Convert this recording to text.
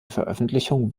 veröffentlichung